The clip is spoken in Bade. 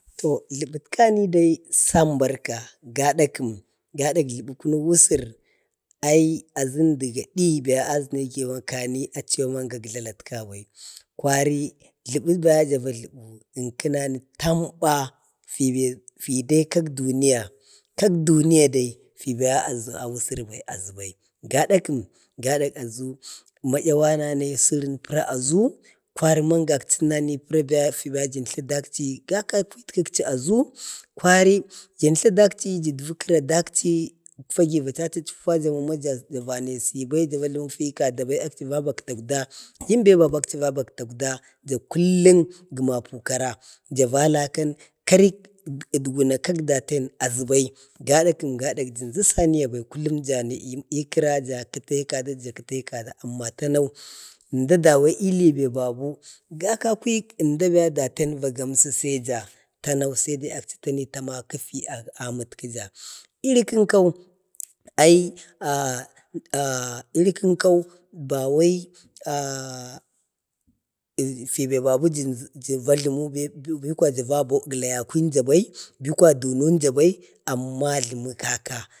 To jləbət kani dai sambarka, gada kəm, gadak jləbək kunu usur əmdi gadi bai aʒənma achi yau mangək jlalakanai. kwari jlubəgaja vajlubu ənkənani tamba, filai, fidai kak duniya, kak duniya dai, fi ba a aʒu a usur bai. gada kəm, gada aʒu ma'yawana nai səran pəra aʒu, kwari mangakhi kwaci nanju fita pəra jantlu dakchi gakakutuk chi aʒu. kwari jantla danchi, jatfikəla dakchi. fagi ja chafakfaja mama janai səyi bai, ja vajlumu be kada bai, akchi vabək takwda, ja kullum gəna pukara, ja va lekan, karik adguna kak daten aʒubai gadakəm gada janʒu saniya bai, kullun janai kəra jakəfai kada, ja kətai kada, amma tanau əmda lai be babu gakakuyik əmda da daten va gamsu saija tanau saida akchi tanai ta maku fi a matkəja iri kənkau ai iri kənkau ba wai fi babu ji vajlamu be kwaya va bau gəlaya kənja bai, bi kwaya dununja bai, amma jlumu kaka